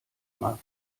mag